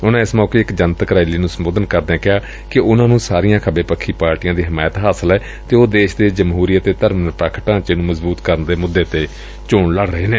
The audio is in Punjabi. ਉਨ੍ਹਾ ਏਸ ਮੌਕੇ ਇਕ ਜਨਤਕ ਰੈਲੀ ਨ੍ਹੰ ਸੰਬੋਧਨ ਕਰਦਿਆਂ ਕਿਹਾ ਕਿ ਉਨ੍ਹਾ ਨ੍ਹੰ ਸਾਰੀਆਂ ਖੱਬੇ ਪੱਖੀ ਪਾਰਟੀਆਂ ਦੀ ਹਮਾਇਤ ਹਾਸਲ ਏ ਅਤੇ ਉਹ ਦੇਸ਼ ਦੇ ਜਮਹੂਰੀ ਅਤੇ ਧਰਮ ਨਿਰਪੱਖ ਢਾਚੇ ਨੂੰ ਮਜ਼ਬੂਤ ਕਰਨ ਦੇ ਮੁੱਦੇ ਤੇ ਚੋਣ ਲੜ ਰਹੇ ਨੇ